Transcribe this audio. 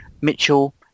Mitchell